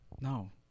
No